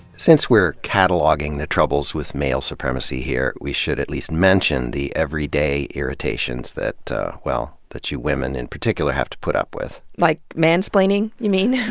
since we're cataloguing the troubles with male supremacy here, we should at least mention the everyday irritations that, well, that you women in particular have to put up with. like mansplaining, you mean?